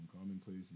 commonplace